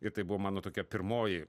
ir tai buvo mano tokia pirmoji